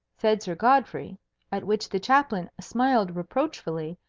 said sir godfrey at which the chaplain smiled reproachfully,